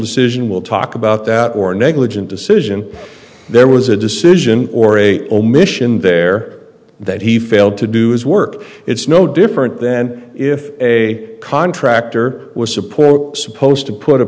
decision will talk about that or negligent decision there was a decision or a omission there that he failed to do his work it's no different then if a contractor was supplying supposed to put a